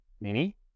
Mini